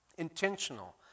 intentional